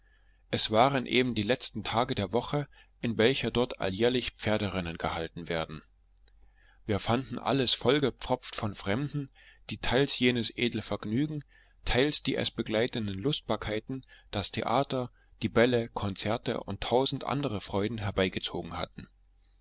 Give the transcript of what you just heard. es waren eben die letzten tage der woche in welcher dort alljährlich pferderennen gehalten werden wir fanden alles vollgepfropft von fremden die teils jenes edle vergnügen teils die es begleitenden lustbarkeiten das theater die bälle konzerte und tausend andere freuden herbeigezogen hatten